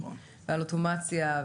על אוטומציה,